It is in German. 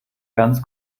ganz